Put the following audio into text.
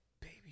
baby